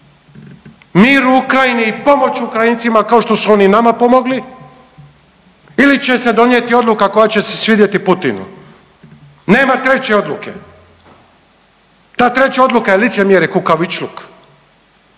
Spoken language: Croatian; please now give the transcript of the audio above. mir u Ukrajini i pomoć Ukrajincima kao što su oni nama pomogli ili će se donijeti odluka koja će se svidjeti Putinu. Nema treće odluke. Ta treća odluka je licemjerje, kukavičluk,